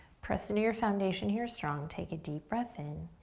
press into your foundation here strong. take a deep breath in.